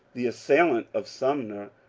the assailant of sumner,